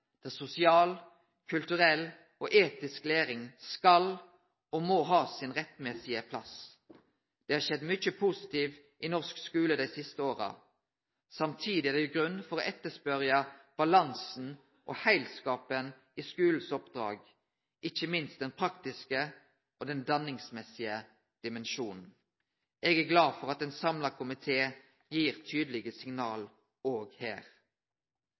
der sosial, kulturell og etisk læring skal og må ha sin rettmessige plass. Det har skjedd mykje positivt i norsk skule dei siste åra. Samtidig er det grunn for å etterspørje balansen og heilskapen i skulens oppdrag, ikkje minst den praktiske og den danningsmessige dimensjonen. Eg er glad for at ein samla komité gir tydelege signal òg her.